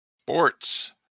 sports